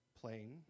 plane